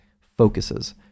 focuses